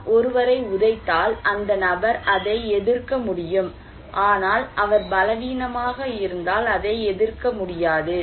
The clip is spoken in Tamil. நான் ஒருவரை உதைத்தால் அந்த நபர் அதை எதிர்க்க முடியும் ஆனால் அவர் பலவீனமாக இருந்தால் அதை எதிர்க்க முடியாது